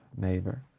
neighbor